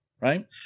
Right